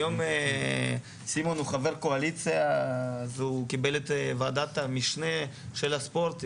היום סימון הוא חבר קואליציה אז הוא קיבל את ועדת המשנה של הספורט,